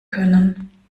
können